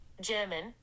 German